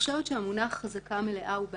המונח "חזקה מלאה" הוא בעייתי.